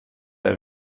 der